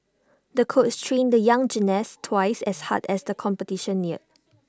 the coach trained the young gymnast twice as hard as the competition neared